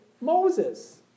Moses